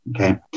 Okay